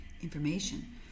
information